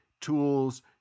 tools